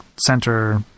center